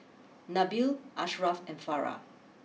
Nabil Ashraff and Farah